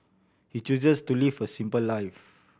he chooses to live a simple life